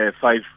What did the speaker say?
five